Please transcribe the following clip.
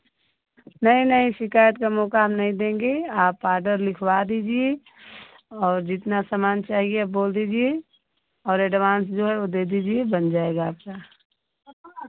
नहीं नहीं शिकायत का मौका हम नहीं देंगे आप ऑर्डर लिखवा दीजिए और जितना सामान चाहिए आप बोल दीजिए और एडवांस जो है वो दे दीजिए बन जाएगा आपका